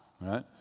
right